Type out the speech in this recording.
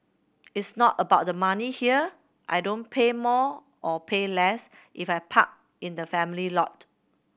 it's not about the money here I don't pay more or pay less if I park in the family lot